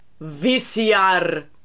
VCR